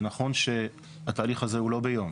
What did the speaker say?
זה נכון שהתהליך הזה הוא לא ביום.